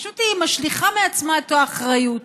פשוט היא משליכה מעצמה את האחריות.